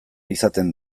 izaten